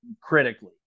critically